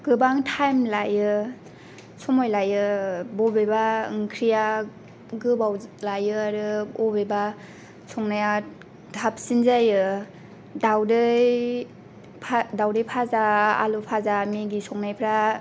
गोबां थाइम लायो समाय लायो बबेबा ओंख्रिया गोबाव लायो आरो अबेबा संनाया थाबसिन जायो दावदै दावदै भाजा आलु भाजा मेगि संनायफ्रा